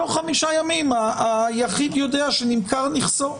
תוך 5 ימים היחיד שנמכר נכסו.